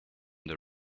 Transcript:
the